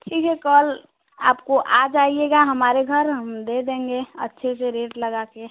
ठीक है कल आपको आ जाइएगा हमारे घर हम दे देंगे अच्छे से रेट लगा के